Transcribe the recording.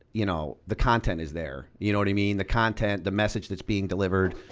you know the content is there. you know what i mean? the content, the message that's being delivered,